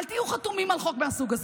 אל תהיו חתומים על חוק מהסוג הזה.